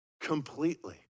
completely